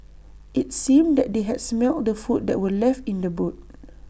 IT seemed that they had smelt the food that were left in the boot